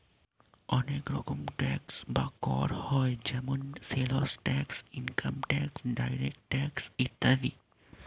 অনেক রকম ট্যাক্স বা কর হয় যেমন sales tax, income tax, direct tax ইত্যাদি